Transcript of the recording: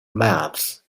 maps